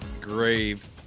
grave